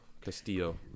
Castillo